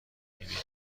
میبینم